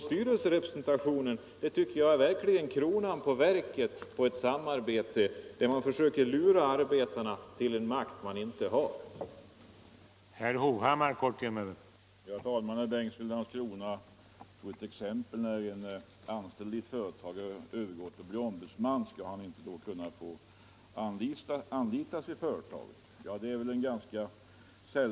Styrelserepresentationen anser jag vara kronan på verket av ett samarbete, där man försöker ge arbetarna intrycket av att de får en makt som de i verkligheten inte alls kommer att ha.